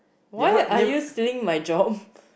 why are you stealing my job